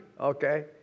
Okay